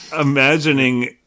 imagining